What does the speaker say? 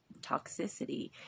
toxicity